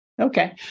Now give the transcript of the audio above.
Okay